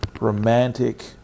romantic